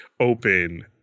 open